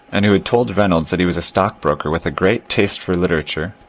and who had told reynolds that he was a stockbroker with a great taste for literature,